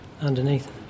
underneath